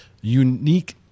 unique